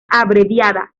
abreviada